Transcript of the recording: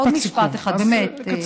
עוד משפט אחד, באמת.